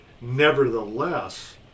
nevertheless